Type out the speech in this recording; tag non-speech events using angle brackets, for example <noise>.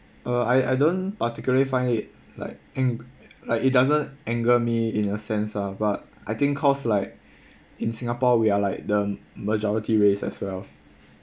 uh I I don't particularly find it like ange~ like it doesn't anger me in a sense ah but I think cause like <breath> in singapore we are like the majority race as well